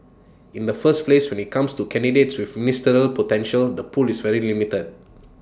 in the first place when IT comes to candidates with ministerial potential the pool is very limited